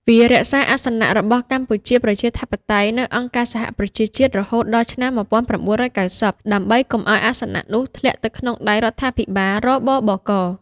វារក្សាអាសនៈរបស់ កម្ពុជាប្រជាធិបតេយ្យ នៅអង្គការសហប្រជាជាតិ រហូតដល់ឆ្នាំ ១៩៩០ ដើម្បីកុំឱ្យអាសនៈនោះធ្លាក់ទៅក្នុងដៃរដ្ឋាភិបាល រ.ប.ប.ក.។